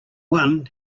one